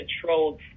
controlled